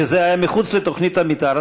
שזה היה מחוץ לתוכנית המתאר.